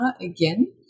again